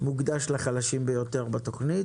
מוקדש לחלשים ביותר בתוכנית.